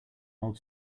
old